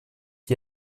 die